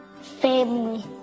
Family